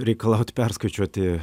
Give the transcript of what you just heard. reikalaut perskaičiuoti